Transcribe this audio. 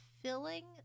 filling